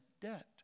debt